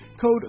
Code